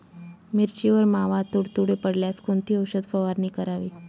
मिरचीवर मावा, तुडतुडे पडल्यास कोणती औषध फवारणी करावी?